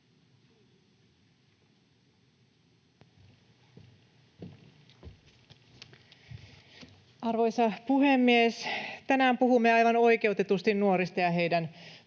Arvoisa puhemies! Tänään puhumme aivan oikeutetusti nuorista ja heidän